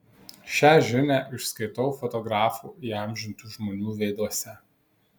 šią žinią išskaitau fotografų įamžintų žmonių veiduose